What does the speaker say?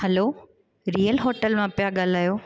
hello real hotel मां पिया ॻाल्हायो